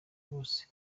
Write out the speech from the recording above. bose